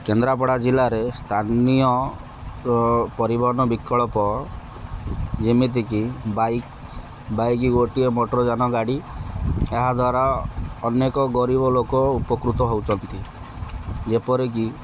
କେନ୍ଦ୍ରାପଡ଼ା ଜିଲ୍ଲାରେ ସ୍ଥାନୀୟ ପରିବହନ ବିକଳ୍ପ ଯେମିତିକି ବାଇକ୍ ବାଇକ୍ ଗୋଟିଏ ମଟର ଯାନ ଗାଡ଼ି ଏହାଦ୍ୱାରା ଅନେକ ଗରିବ ଲୋକ ଉପକୃତ ହେଉଛନ୍ତି ଯେପରିକି